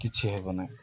କିଛି ହେବ ନାହିଁ